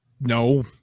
No